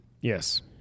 Yes